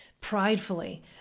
pridefully